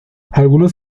algunos